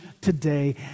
today